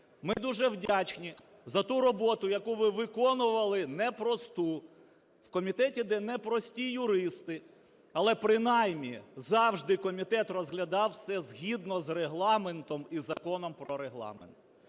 Ми дуже вдячні за ту роботу, яку ви виконували, не просту, в комітеті, де не прості юристи, але принаймні завжди комітет розглядав все згідно з Регламентом і Законом про Регламент.